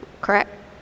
correct